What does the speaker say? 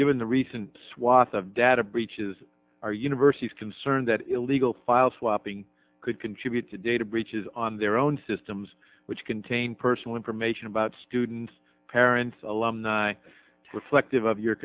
the recent swath of data breaches are universities concerned that illegal file swapping could contribute to data breaches on their own systems which contain personal information about students parents alumni reflected of your